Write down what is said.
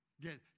Get